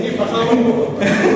אני מחר לא פה.